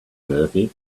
murphy